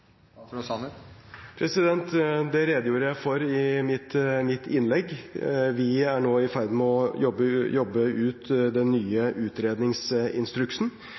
videre arbeidet. Det redegjorde jeg for i mitt innlegg. Vi er nå i ferd med å jobbe ut den nye utredningsinstruksen.